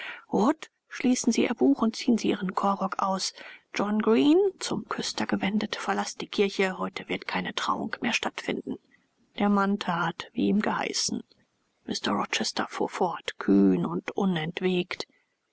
schließen sie ihr buch und ziehen sie ihren chorrock aus john green zum küster gewendet verlaßt die kirche heute wird keine trauung mehr stattfinden der mann that wie ihm geheißen mr rochester fuhr fort kühn und unentwegt